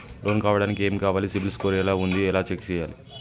Loan కావడానికి ఏమి కావాలి సిబిల్ స్కోర్ ఎలా ఉంది ఎలా చెక్ చేయాలి?